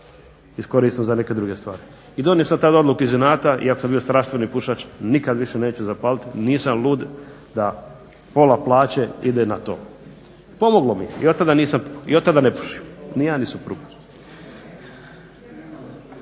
iskoristimo za neke druge stvari. I donio sam tu odluku iz inata, iako sam bio strastveni pušač nikad više neću zapaliti, nisam lud da pola plaće ide na to. Pomoglo mi i od tada ne pušim ni ja ni supruga.